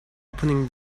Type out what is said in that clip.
opening